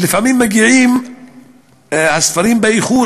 ולפעמים מגיעים הספרים באיחור,